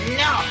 no